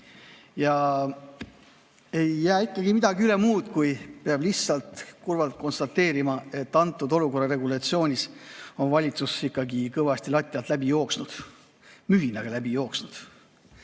Ja ei jää ikkagi üle muud, kui peab lihtsalt kurvalt konstateerima, et antud olukorra regulatsioonis on valitsus ikka kõvasti lati alt läbi jooksnud, mühinaga läbi jooksnud.